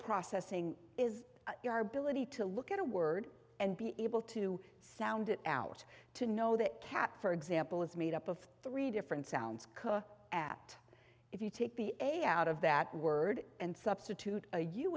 processing is our billet he to look at a word and be able to sound it out to know that cat for example is made up of three different sounds could at if you take the a out of that word and substitute a you